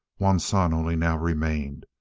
one son only now remained,